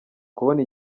kubona